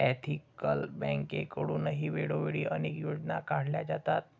ethical बँकेकडूनही वेळोवेळी अनेक योजना काढल्या जातात